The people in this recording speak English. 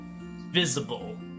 visible